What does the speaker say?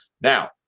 now